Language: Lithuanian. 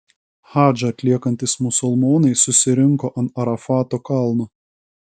hadžą atliekantys musulmonai susirinko ant arafato kalno